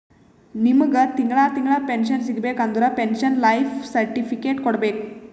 ನಿಮ್ಮಗ್ ತಿಂಗಳಾ ತಿಂಗಳಾ ಪೆನ್ಶನ್ ಸಿಗಬೇಕ ಅಂದುರ್ ಪೆನ್ಶನ್ ಲೈಫ್ ಸರ್ಟಿಫಿಕೇಟ್ ಕೊಡ್ಬೇಕ್